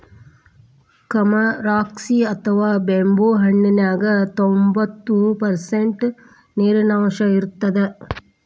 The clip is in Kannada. ಕಮರಾಕ್ಷಿ ಅಥವಾ ಬೆಂಬುಳಿ ಹಣ್ಣಿನ್ಯಾಗ ತೋಭಂತ್ತು ಪರ್ಷಂಟ್ ನೇರಿನಾಂಶ ಇರತ್ತದ